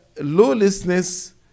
lawlessness